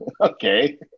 Okay